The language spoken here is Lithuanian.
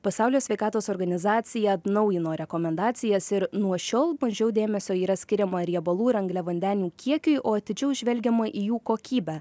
pasaulio sveikatos organizacija atnaujino rekomendacijas ir nuo šiol mažiau dėmesio yra skiriama riebalų ir angliavandenių kiekiui o atidžiau žvelgiama į jų kokybę